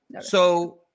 So-